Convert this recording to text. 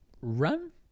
run